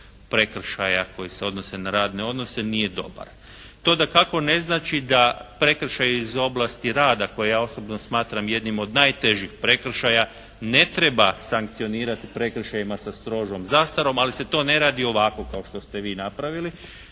prekršaja koji se odnosi na radne odnose nije dobar. To dakako ne znači da prekršaji iz oblasti rada koje ja osobno smatram jednim od najtežih prekršaja ne treba sankcionirati prekršajima sa strožom zastarom, ali se to ne radi ovako kao što ste vi napravili,